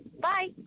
Bye